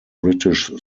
british